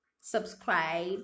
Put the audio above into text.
subscribe